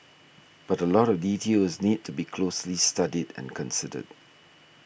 but a lot of details need to be closely studied and considered